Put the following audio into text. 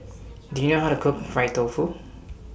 Do YOU know How to Cook Fried Tofu